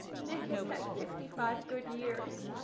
nick has had fifty five good years,